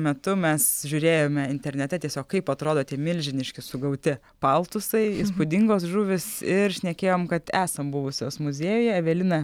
metu mes žiūrėjome internete tiesiog kaip atrodo tie milžiniški sugauti paltusai įspūdingos žuvys ir šnekėjom kad esam buvusios muziejuje evelina